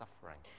suffering